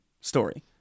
story